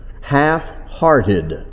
half-hearted